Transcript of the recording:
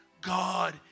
God